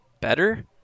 better